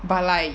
but like